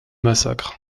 massacre